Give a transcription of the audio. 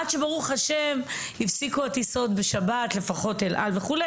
עד שברוך השם הפסיקו הטיסות בשבת לפחות אל על וכו'.